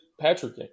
Patrick